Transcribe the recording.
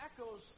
echoes